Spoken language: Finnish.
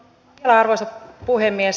arvoisa puhemies